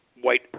white